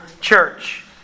church